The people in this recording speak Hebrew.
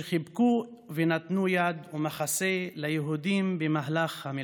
שחיבקו ונתנו יד ומחסה ליהודים במהלך המלחמה.